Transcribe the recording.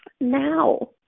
now